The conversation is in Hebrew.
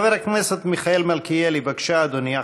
חבר הכנסת מיכאל מלכיאלי, בבקשה, אדוני.